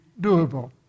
doable